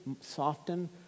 soften